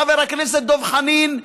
חבר הכנסת דב חנין,